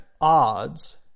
odds